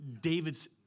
David's